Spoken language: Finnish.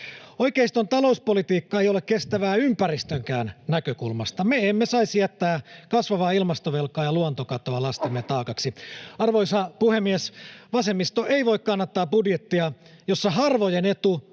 Oikeiston talouspolitiikka ei ole kestävää ympäristönkään näkökulmasta. Me emme saisi jättää kasvavaa ilmastovelkaa ja luontokatoa lastemme taakaksi. Arvoisa puhemies! Vasemmisto ei voi kannattaa budjettia, jossa harvojen etu